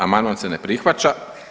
Amandman se ne prihvaća.